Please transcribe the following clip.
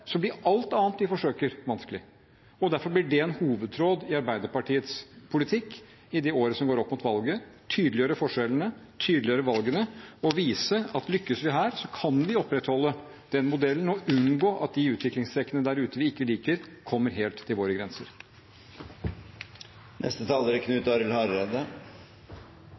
så blir alt annet de forsøker, vanskelig. Derfor blir det en hovedtråd i Arbeiderpartiets politikk i året fram mot valget – tydeliggjøre forskjellene, tydeliggjøre valgene og vise at lykkes vi her, kan vi opprettholde den modellen og unngå at de utviklingstrekkene ute som vi ikke liker, kommer helt til våre grenser.